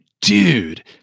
dude